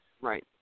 Right